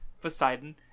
Poseidon